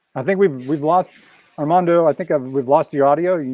i think we've we've lost armando. i think ah we've lost your audio, yeah